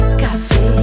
café